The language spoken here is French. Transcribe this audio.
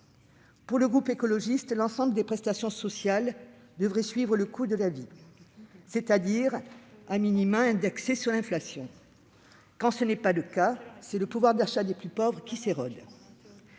du groupe écologiste est que l'ensemble des prestations sociales devrait suivre le coût de la vie, c'est-à-dire être indexé sur l'inflation. Quand ce n'est pas le cas, c'est le pouvoir d'achat des plus pauvres qui s'érode.